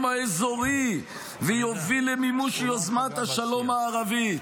האזורי ויוביל למימוש יוזמת השלום הערבית".